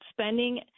spending